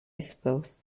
suppose